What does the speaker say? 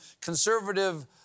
conservative